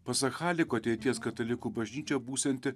pasak haliko ateities katalikų bažnyčia būsianti